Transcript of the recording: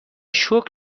شکر